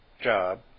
job